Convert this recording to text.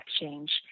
change